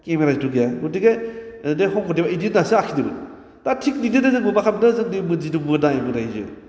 केमेराबोथ गैया गथिखे दे शंकरदेबा बिदि होन्नानैसो आखिदोंमोन दा थिख बिदिनो जोंबो मा खालामदों जोंनि जिथु मोदाय मोदायजो